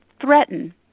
threaten